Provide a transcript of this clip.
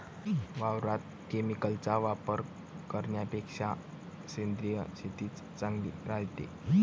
वावरात केमिकलचा वापर करन्यापेक्षा सेंद्रिय शेतीच चांगली रायते